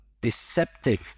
deceptive